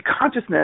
Consciousness